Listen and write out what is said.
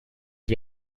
wie